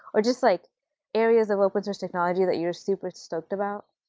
or just like areas of open-source technology that you're super stoked about?